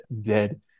dead